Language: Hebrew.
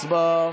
הצבעה.